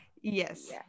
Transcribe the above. yes